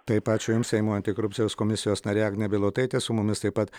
taip ačiū jums seimo antikorupcijos komisijos narė agnė bilotaitė su mumis taip pat